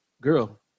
girl